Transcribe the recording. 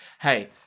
hey